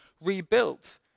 rebuilt